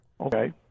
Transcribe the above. okay